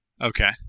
Okay